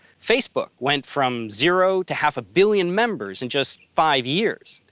facebook went from zero to half-a-billion members in just five years.